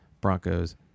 broncos